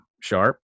Sharp